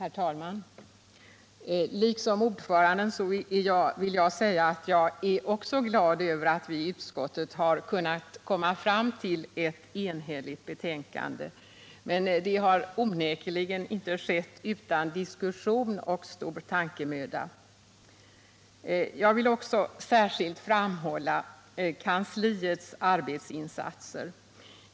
Herr talman! Liksom ordföranden är jag glad över att vi i utskottet har kunnat komma fram till ett enhälligt betänkande. Men det har verkligen inte skett utan diskussion och stor tankemöda. Jag vill också särskilt framhålla kansliets arbetsinsatser.